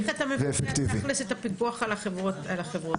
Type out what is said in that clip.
איך אתה מבצע תכלס את הפיקוח על החברות האלה?